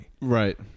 Right